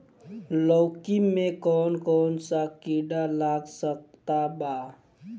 लौकी मे कौन कौन सा कीड़ा लग सकता बा?